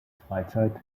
freizeit